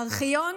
הארכיון,